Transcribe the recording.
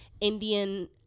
Indian